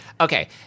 Okay